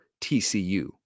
TCU